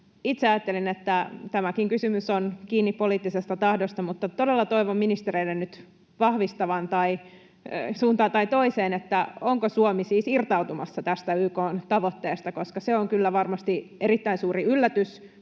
Itse ajattelen, että tämäkin kysymys on kiinni poliittisesta tahdosta. Todella toivon ministereiden nyt vahvistavan suuntaan tai toiseen, onko Suomi siis irtautumassa tästä YK:n tavoitteesta, koska se on kyllä varmasti erittäin suuri yllätys